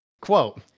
Quote